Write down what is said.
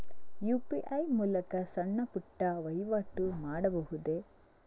UPI ಮೂಲಕ ಸಣ್ಣ ಪುಟ್ಟ ವಹಿವಾಟು ಮಾಡಬಹುದೇ?